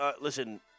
listen